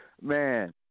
Man